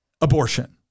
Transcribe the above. abortion